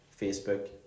Facebook